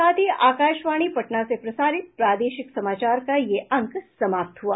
इसके साथ ही आकाशवाणी पटना से प्रसारित प्रादेशिक समाचार का ये अंक समाप्त हुआ